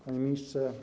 Panie Ministrze!